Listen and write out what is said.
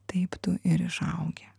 taip tu ir išaugi